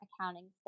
accounting